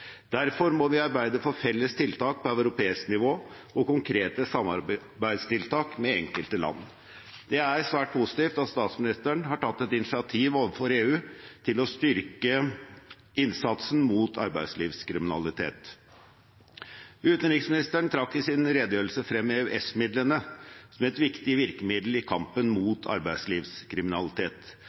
Derfor må vi arbeide for felles tiltak på europeisk nivå og konkrete samarbeidstiltak med enkelte land. Det er svært positivt at statsministeren har tatt et initiativ overfor EU for å styrke innsatsen mot arbeidslivskriminalitet. Utenriksministeren trakk i sin redegjørelse frem EØS-midlene som et viktig virkemiddel i kampen mot arbeidslivskriminalitet.